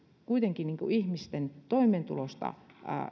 kuitenkin ihmisten toimeentulosta